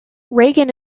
regan